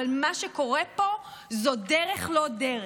אבל מה שקורה פה זה דרך-לא-דרך.